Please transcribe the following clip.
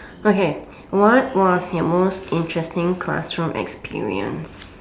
okay what was your most interesting classroom experience